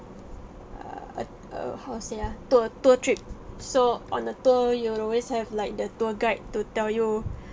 err uh err how to say ah tour tour trip so on a tour you will always have like the tour guide to tell you